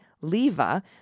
Leva